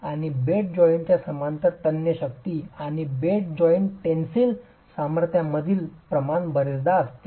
आणि बेड जॉइंटच्या समांतर तन्य शक्ती आणि बेड जॉइंटच्या टेन्सिल सामर्थ्यामधील प्रमाण बरेचदा असते